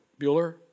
Bueller